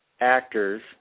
actors